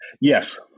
Yes